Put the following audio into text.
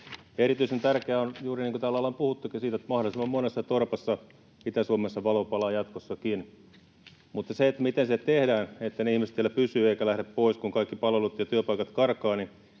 ollaan puhuttu, että mahdollisimman monessa torpassa Itä-Suomessa valo palaa jatkossakin. Mutta se, miten se tehdään, että ne ihmiset siellä pysyvät eivätkä lähde pois, kun kaikki palvelut ja työpaikat karkaavat,